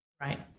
Right